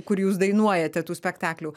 kur jūs dainuojate tų spektaklių